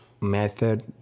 method